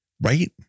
Right